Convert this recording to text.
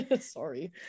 Sorry